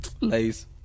Lace